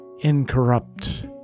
incorrupt